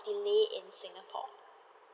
delay in singapore